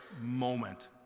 moment